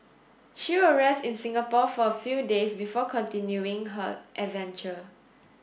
she will rest in Singapore for a few days before continuing her adventure